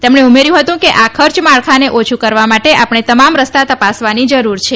તેમણે ઉમેર્થુ કે આ ખર્ચ માળખાને ઓછુ કરવા માટે આપણે તમામ રસ્તા તપાસવાની જરૂર છે